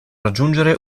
raggiungere